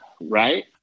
right